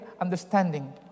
understanding